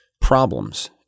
problems